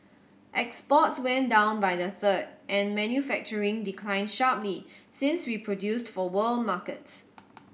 exports went down by a third and manufacturing declined sharply since we produced for world markets